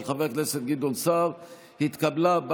נתקבלה.